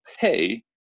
pay